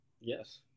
Yes